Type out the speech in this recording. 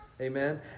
Amen